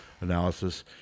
analysis